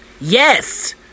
Yes